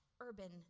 urban